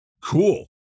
Cool